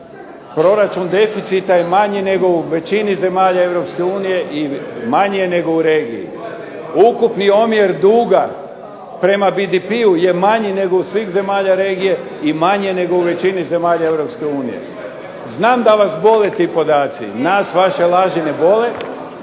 Proračun deficita je manji nego u većini zemalja Europske unije, i manji je nego u regiji. Ukupni omjer duga prema BDP-u je manji nego u svih zemalja regije i manje nego u većini zemalja Europske unije. Znam da vas bole ti podaci, nas vaše laži ne bole,